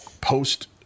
post